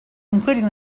including